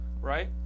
right